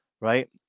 right